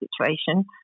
situation